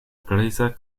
griza